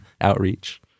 outreach